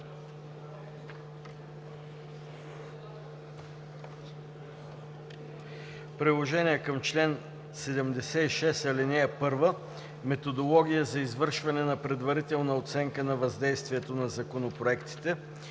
Приложение към чл. 76, ал. 1 – „Методология за извършване на предварителна оценка на въздействието на законопроектите“.